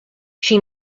she